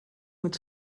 mit